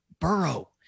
Burrow